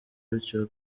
bityo